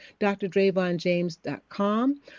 drdravonjames.com